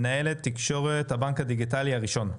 מנהלת תקשורת הבנק הדיגיטלי הראשון.